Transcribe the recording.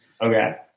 okay